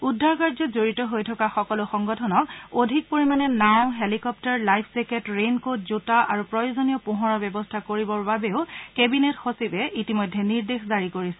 উদ্ধাৰকাৰ্যত জড়িত হৈ থকা সকলো সংগঠনক অধিক পৰিমাণে নাও helicopter life jacket rain coat জোতা আৰু প্ৰয়োজনীয় পোহৰৰ ব্যৱস্থা কৰিবৰ বাবেও কেবিনেট সচিবে নিৰ্দেশ দিছে